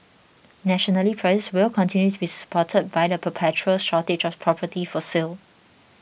nationally prices will continue to be supported by the perpetual shortage of property for sale